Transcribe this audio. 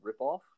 ripoff